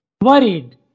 worried